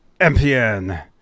MPN